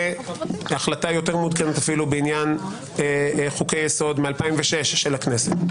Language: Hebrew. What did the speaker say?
והחלטה יותר מעודכנת אפילו בעניין חוקי-יסוד מ-2006 של הכנסת,